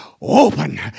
Open